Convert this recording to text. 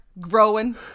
growing